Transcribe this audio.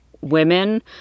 Women